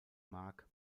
mark